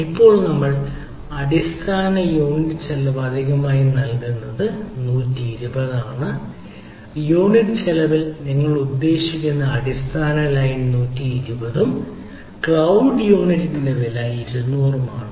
ഇപ്പോൾ നമ്മൾ അടിസ്ഥാന യൂണിറ്റ് ചെലവ് അധികമായി നൽകുന്നത് 120 ആണ് യൂണിറ്റ് ചെലവിൽ നിങ്ങൾ ഉദ്ദേശിക്കുന്ന അടിസ്ഥാന ലൈൻ 120 ഉം ക്ലൌഡ് യൂണിറ്റിന്റെ വില 200 ഉം ആണ്